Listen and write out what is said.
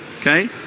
Okay